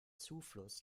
zufluss